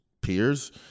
peers